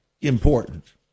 important